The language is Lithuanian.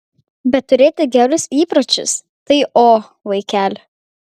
bet turėti gerus įpročius tai o vaikeli